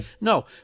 no